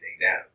down